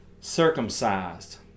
circumcised